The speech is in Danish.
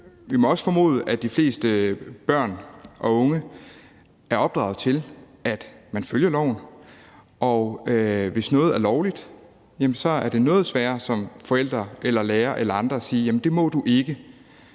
vi må også formode, at de fleste børn og unge er opdraget til, at man følger loven. Og hvis noget er lovligt, er det noget sværere som forælder eller lærer eller andre at sige, at det må du ikke,